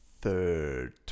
Third